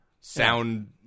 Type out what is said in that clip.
Sound